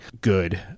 good